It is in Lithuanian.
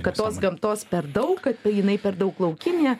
kad tos gamtos per daug kad tai jinai per daug laukinė